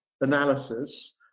analysis